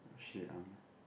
shit I'm